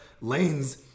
Lane's